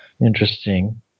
interesting